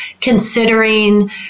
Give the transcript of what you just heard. considering